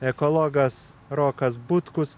ekologas rokas butkus